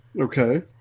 Okay